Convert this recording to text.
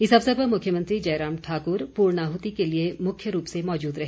इस अवसर पर मुख्यमंत्री जयराम ठाकुर पूर्ण आहूति के लिए मुख्य रूप से मौजूद रहे